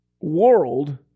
world